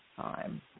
time